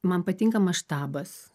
man patinka maštabas